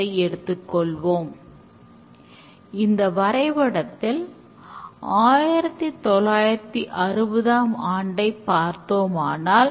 மற்றொரு மதிப்பு என்னவென்றால் Simplicity சிக்கலானதை காட்டிலும் எளிதாக வேலை செய்யும் பொருளை உருவாக்குவது